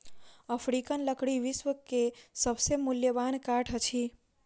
African लकड़ी विश्व के सभ से मूल्यवान काठ अछि